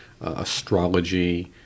astrology